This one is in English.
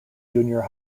junior